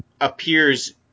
appears